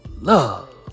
Love